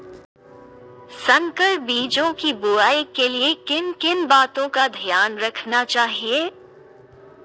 संकर बीजों की बुआई के लिए किन किन बातों का ध्यान रखना चाहिए?